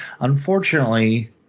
unfortunately